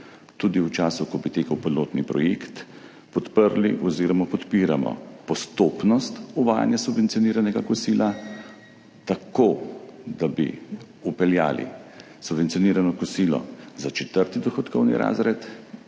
tudi v času, ko bi tekel pilotni projekt, podpiramo postopnost uvajanja subvencioniranega kosila tako, da bi vpeljali subvencionirano kosilo za četrti dohodkovni razred